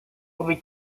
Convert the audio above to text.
would